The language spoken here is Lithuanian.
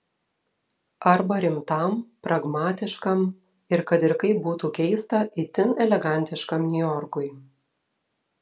arba rimtam pragmatiškam ir kad ir kaip būtų keista itin elegantiškam niujorkui